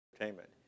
Entertainment